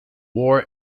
war